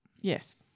Yes